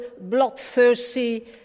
bloodthirsty